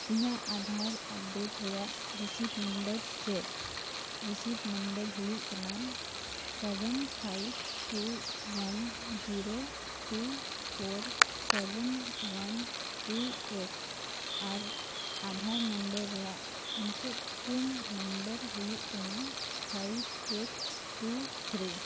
ᱤᱧᱟᱹᱜ ᱟᱫᱷᱟᱨ ᱟᱯᱰᱮᱴ ᱨᱮᱭᱟᱜ receive number ᱪᱮᱫ ᱨᱤᱥᱤᱵᱷ ᱱᱟᱢᱵᱟᱨ ᱦᱩᱭᱩᱜ ᱠᱟᱱᱟ seven five two one zero two four seven one two eight ᱟᱨ ᱟᱫᱷᱟᱨ ᱱᱟᱢᱵᱟᱨ ᱨᱮᱭᱟᱜ ᱢᱩᱪᱟᱹᱫ ᱯᱩᱱ ᱱᱟᱢᱵᱟᱨ ᱦᱩᱭᱩᱜ ᱠᱟᱱᱟ ᱯᱷᱟᱭᱤᱵᱷ ᱮᱭᱤᱴ ᱴᱩ ᱛᱷᱨᱤ